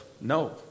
no